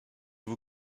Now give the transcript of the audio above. vous